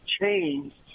changed